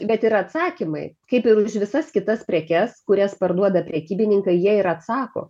bet yra atsakymai kaip ir už visas kitas prekes kurias parduoda prekybininkai jie ir atsako